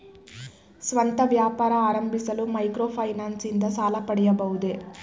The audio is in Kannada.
ಸ್ವಂತ ವ್ಯಾಪಾರ ಆರಂಭಿಸಲು ಮೈಕ್ರೋ ಫೈನಾನ್ಸ್ ಇಂದ ಸಾಲ ಪಡೆಯಬಹುದೇ?